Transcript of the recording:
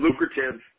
lucrative